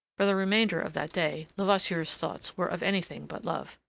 for the remainder of that day levasseur's thoughts were of anything but love.